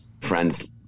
friends